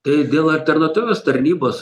tai dėl alternatyvios tarnybos